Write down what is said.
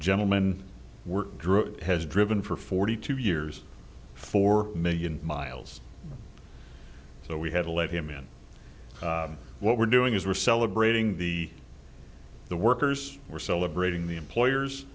drouet has driven for forty two years four million miles so we had to let him in what we're doing is we're celebrating the the workers we're celebrating the employers